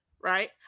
right